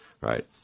right